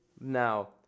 Now